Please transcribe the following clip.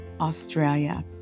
Australia